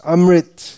Amrit